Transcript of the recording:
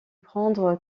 prendre